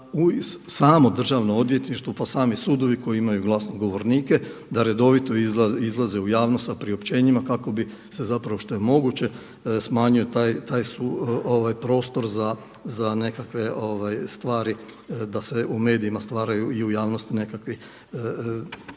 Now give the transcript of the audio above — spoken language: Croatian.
samo državno odvjetništvo pa i sami sudovi koji imaju glasnogovornike da redovito izlaze u javnost sa priopćenjima kako bi se zapravo što je moguće smanjio taj prostor za nekakve stvari da se u medijima stvaraju i u javnosti nekakvi